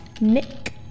Nick